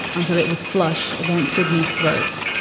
until it was flush against sydney's throat.